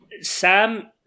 Sam